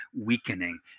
weakening